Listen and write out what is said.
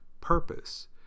purpose